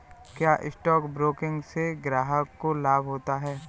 क्या stock broking से ग्राहक को लाभ होता है?